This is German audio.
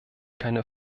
keine